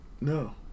no